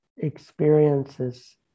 experiences